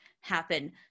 happen